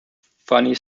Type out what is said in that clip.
funny